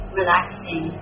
relaxing